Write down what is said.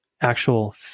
actual